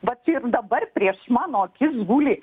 vat ir dabar prieš mano akis guli